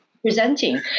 presenting